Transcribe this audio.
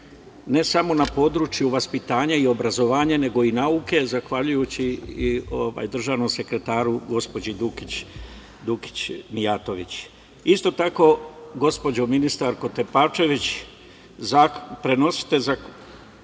ne samo na području vaspitanja i obrazovanja, nego i nauke zahvaljujući državnom sekretaru gospođi Dukić Mijatović. Isto tako, gospođo ministarko Tepavčević, prenesite